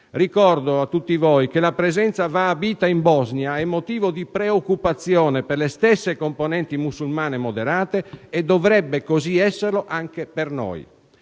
Ricordo a tutti voi che la presenza wahabita in Bosnia è motivo di preoccupazione per le stesse componenti musulmane moderate, e dovrebbe esserlo anche per noi.